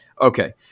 okay